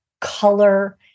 color